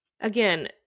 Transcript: Again